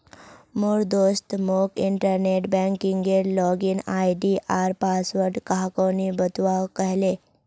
मोर दोस्त मोक इंटरनेट बैंकिंगेर लॉगिन आई.डी आर पासवर्ड काह को नि बतव्वा कह ले